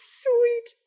sweet